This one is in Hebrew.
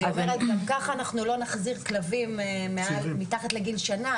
היא אומרת שגם ככה לא נחזיר כלבים מתחת לגיל שנה,